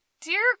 dear